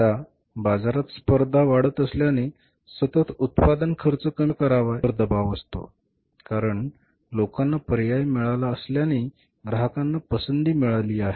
आता बाजारात स्पर्धा वाढत असल्याने सतत उत्पादन खर्च कमी कसा करावा यावर दबाव असतो कारण लोकांना पर्याय मिळाला असल्याने ग्राहकांना पसंती मिळाली आहे